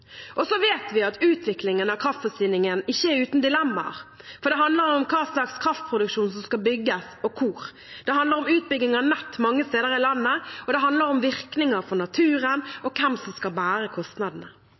Så vet vi at utviklingen av kraftforsyningen ikke er uten dilemmaer. Det handler om hva slags kraftproduksjon som skal bygges og hvor, det handler om utbygging av nett mange steder i landet, og det handler om virkninger for naturen